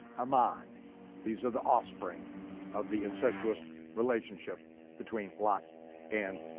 um ah and these are the offspring of the incestuous relationship between lot and